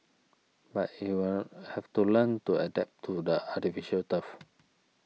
but he will have to learn to adapt to the artificial turf